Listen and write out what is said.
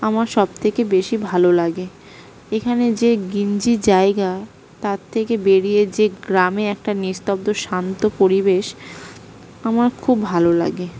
আমার সবথেকে বেশি ভালো লাগে এখানে যে ঘিঞ্জি জায়গা তার থেকে বেরিয়ে যে গ্রামে একটা নিস্তব্ধ শান্ত পরিবেশ আমার খুব ভালো লাগে